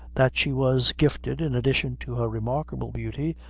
that she was gifted, in addition to her remarkable beauty,